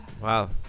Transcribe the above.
Wow